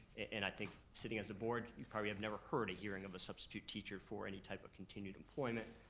and i think, sitting as a board, you probably have never heard a hearing of a substitute teacher for any type of continued employment,